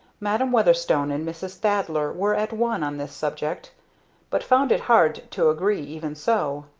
madam weatherstone and mrs. thaddler were at one on this subject but found it hard to agree even so,